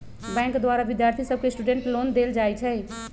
bank द्वारा विद्यार्थि सभके स्टूडेंट लोन देल जाइ छइ